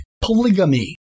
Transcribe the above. polygamy